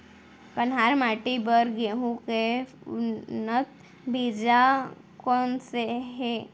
कन्हार माटी बर गेहूँ के उन्नत बीजा कोन से हे?